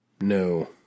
no